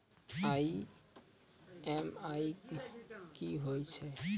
EMI कि होय छै?